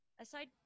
aside